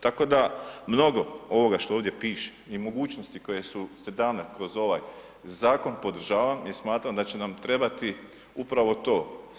Tako da mnogo ovoga što ovdje piše i mogućnosti koje su dane kroz ovaj zakon podržavam jer smatram da će nam trebati upravo to.